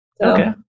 Okay